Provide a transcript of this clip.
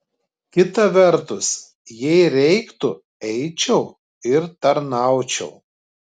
kita vertus jei reiktų eičiau ir tarnaučiau